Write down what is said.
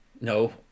no